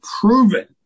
proven